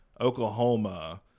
Oklahoma